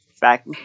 back